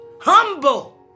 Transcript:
humble